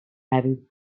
having